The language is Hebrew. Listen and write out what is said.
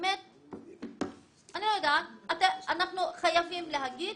אנחנו חייבים להגיד